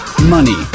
Money